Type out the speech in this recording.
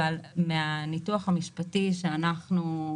אבל מהניתוח המשפטי שאנחנו,